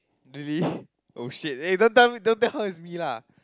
really oh shit eh don't tell her don't tell her it's me lah